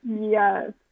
yes